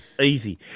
Easy